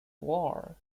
war